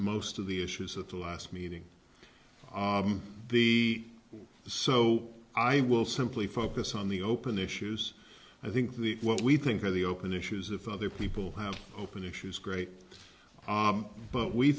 most of the issues at the last meeting the so i will simply focus on the open issues i think the what we think are the open issues if other people have open issues great but we